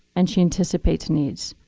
and she anticipates needs.